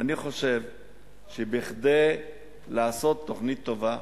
אני חושב שכדי לעשות תוכנית טובה,